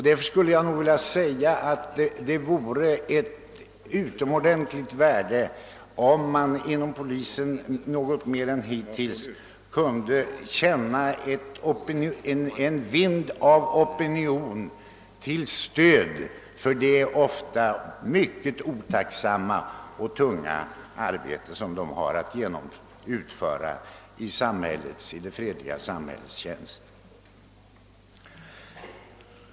Det vore därför av utomordentligt stort värde om man inom polisen något mer än hittills kunde få känna att man hos opinionen har stöd för det ofta mycket otacksamma och tunga arbete som polisen har att utföra i det fredliga samhällets tjänst.